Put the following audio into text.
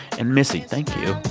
and missy, thank you